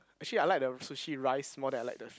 actually I like the sushi rice more than I like the